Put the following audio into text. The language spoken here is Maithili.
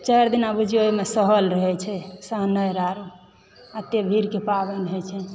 चारि दिना एहिमे बुझिऔ सहल रहय छै सहनाइ होइत छै एतए भीड़के पाबनि होइत छै